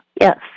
Yes